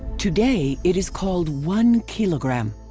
today it is called one kilogram.